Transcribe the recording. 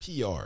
pr